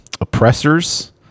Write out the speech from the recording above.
oppressors